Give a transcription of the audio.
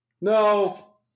No